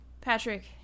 Patrick